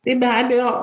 tai be abejo